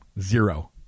Zero